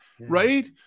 right